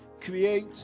create